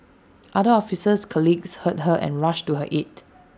other officer's colleagues heard her and rushed to her aid